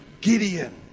Gideon